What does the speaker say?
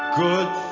good